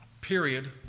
period